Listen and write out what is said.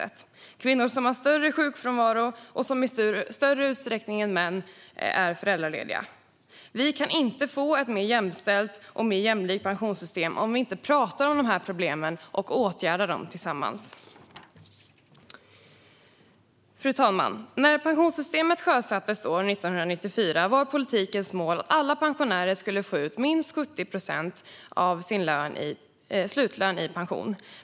Det gäller kvinnor som har större sjukfrånvaro och i större utsträckning än män är föräldralediga. Vi kan inte få ett mer jämställt och jämlikt pensionssystem om vi inte pratar om de här problemen och åtgärdar dem tillsammans. Fru talman! När pensionssystemet sjösattes år 1994 var politikens mål att alla pensionärer skulle få ut minst 70 procent av sin slutlön i pension.